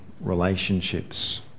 relationships